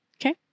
Okay